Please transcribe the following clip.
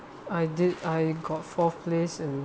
I did I got fourth place and